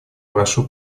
прошу